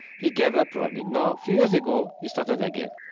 he gave up running. now a few years ago, he started again.